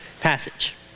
passage